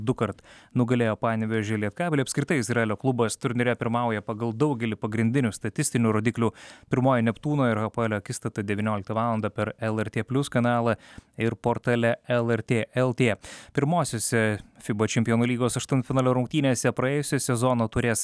dukart nugalėjo panevėžio lietkabelį apskritai izraelio klubas turnyre pirmauja pagal daugelį pagrindinių statistinių rodiklių pirmoji neptūno ir hapoelio akistata devynioliktą valandą per lrt plius kanalą ir portale lrt lt pirmosiose fiba čempionų lygos aštuntfinalio rungtynėse praėjusio sezono taurės